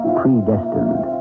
predestined